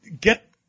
get